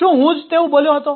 શું હું જ તેવું બોલ્યો હતો